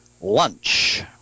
lunch